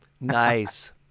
Nice